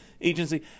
agency